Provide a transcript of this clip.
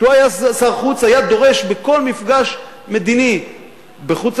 כשהוא היה סגן שר החוץ היה דורש בכל מפגש מדיני בחוץ-לארץ,